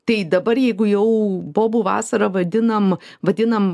tai dabar jeigu jau bobų vasara vadinam vadinam